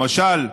למשל: